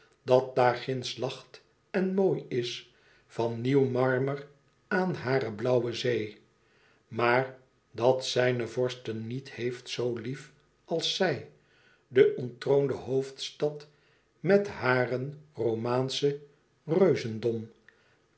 dat daar ginds lacht en mooi is van nieuw marmer aan hare blauwe zee maar dat zijne vorsten niet heeft zoo lief als zij de onttroonde hoofdstad met haren